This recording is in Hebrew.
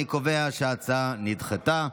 אני קובע שההצעה נדחתה.